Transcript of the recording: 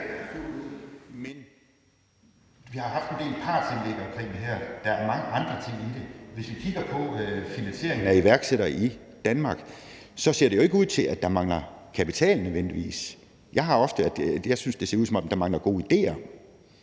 (S): Vi har haft en del partsindlæg omkring det her, men der er mange andre ting i det. Hvis vi kigger på finansieringen af iværksættere i Danmark, ser det jo ikke ud til, at der nødvendigvis mangler kapital. Jeg synes ofte, det ser ud, som om der mangler gode idéer.